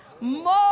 More